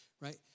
Right